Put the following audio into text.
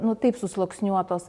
nu taip susluoksniuotos